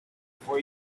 for